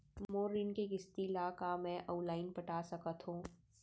मोर ऋण के किसती ला का मैं अऊ लाइन पटा सकत हव?